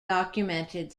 documented